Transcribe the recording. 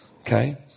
okay